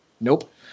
nope